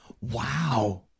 Wow